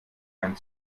ein